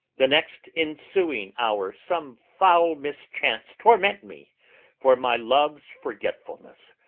the next ensuing hour some foul mischance torment me for my love's forgetfulness!